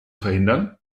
verhindern